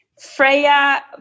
Freya